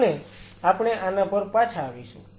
અને આપણે આના પર પાછા આવીશું